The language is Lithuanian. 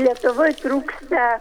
lietuvoj trūksta